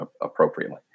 appropriately